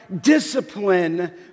discipline